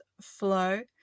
flow